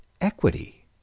equity